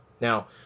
Now